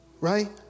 right